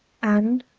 and,